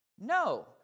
no